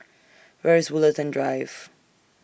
Where IS Woollerton Drive